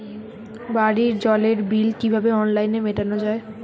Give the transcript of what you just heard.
বাড়ির জলের বিল কিভাবে অনলাইনে মেটানো যায়?